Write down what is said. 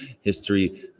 history